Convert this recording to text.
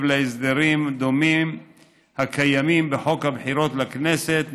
להסדרים דומים הקיימים בחוק הבחירות לכנסת ,